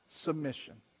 submission